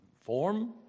form